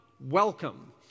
welcome